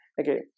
okay